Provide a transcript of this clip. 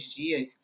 dias